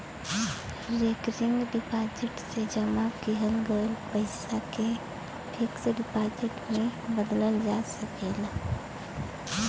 recurring deposit से जमा किहल गयल पइसा के फिक्स डिपाजिट में बदलल जा सकला